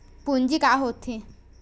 पूंजी का होथे?